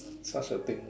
such a thing